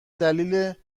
دلیل